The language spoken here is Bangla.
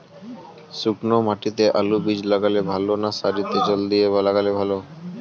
শুক্নো মাটিতে আলুবীজ লাগালে ভালো না সারিতে জল দিয়ে লাগালে ভালো?